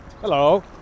Hello